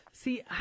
See